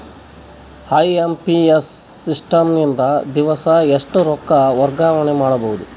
IMPS system ನಿಂದ ದಿವಸಾ ಎಷ್ಟ ರೊಕ್ಕ ವರ್ಗಾವಣೆ ಮಾಡಬಹುದು?